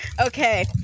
Okay